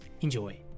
enjoy